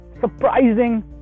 surprising